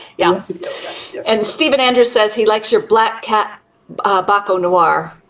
yeah um so and stephen andrews says he likes your black cat baco noir.